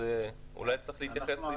אולי צריך להתייחס.